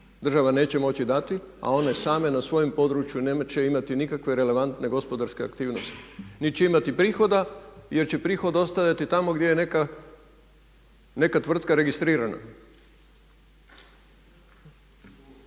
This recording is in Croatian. Država neće moći dati a one same na svojem području neće imati nikakve relevantne gospodarske aktivnosti, niti će imati prihoda, jer će prihod ostajati tamo gdje je neka tvrtka registrirana.